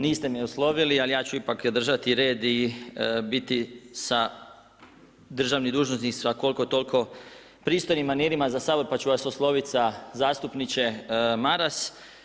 Niste me oslovili, ali ja ću ipak držati red i biti sa državnim dužnosnicima koliko toliko u pristojnim manirima za Sabor pa ću vas osloviti sa zastupniče Maras.